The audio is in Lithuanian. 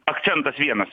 akcentas vienas